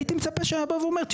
הייתי מצפה שהיה בא ואומר את זה.